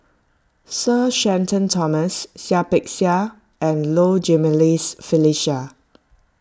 Sir Shenton Thomas Seah Peck Seah and Low Jimenez Felicia